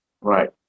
Right